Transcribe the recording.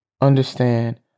understand